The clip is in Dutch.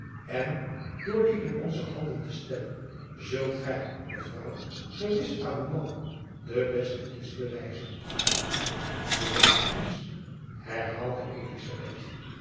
en door die in onze handen te stellen zult gy mevrouw gewis aan uw man de beste dienst bewijzen de beste dienst herhaalde elizabeth